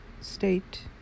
state